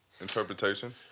interpretation